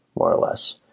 more or less,